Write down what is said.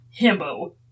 himbo